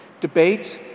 Debates